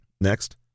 Next